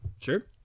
Sure